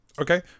Okay